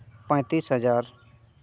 ᱯᱚᱸᱭᱛᱤᱥ ᱦᱟᱡᱟᱨ